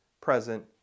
present